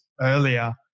earlier